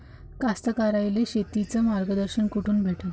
कास्तकाराइले शेतीचं मार्गदर्शन कुठून भेटन?